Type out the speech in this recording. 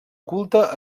culte